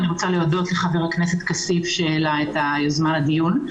אני רוצה להודות לחבר הכנסת כסיף שהעלה את היוזמה לדיון.